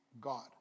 God